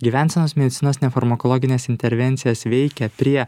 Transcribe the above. gyvensenos medicinos nefarmakologines intervencijas veikia prie